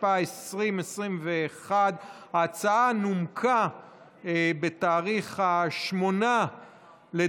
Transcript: התשפ"א 2021. ההצעה נומקה ב-8 בדצמבר